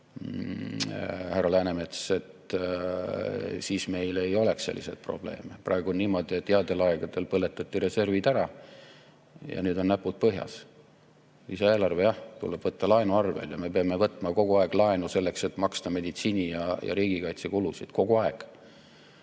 härra Läänemets, siis meil ei oleks selliseid probleeme. Praegu on niimoodi, et headel aegadel põletati reservid ära ja nüüd on näpud põhjas. Lisaeelarve, jah, tuleb teha laenu võttes. Ja me peame võtma kogu aeg laenu selleks, et maksta meditsiini ja riigikaitse kulusid. Kogu aeg!